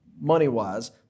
money-wise